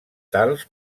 tals